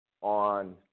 on –